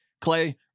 Clay